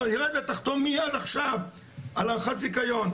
תחתום מיד עכשיו על הארכת זיכיון.